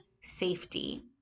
safety